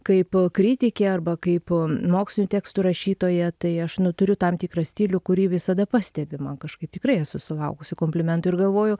kaip kritikė arba kaip mokslinių tekstų rašytoja tai aš nu turiu tam tikrą stilių kurį visada pastebi man kažkaip tikrai esu sulaukusi komplimentų ir galvoju